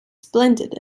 splendid